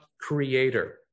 creator